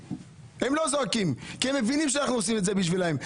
הם לא זועקים כי הם מבינים שאנחנו עושים את זה בשבילם.